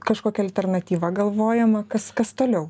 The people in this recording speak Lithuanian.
kažkokia alternatyva galvojama kas kas toliau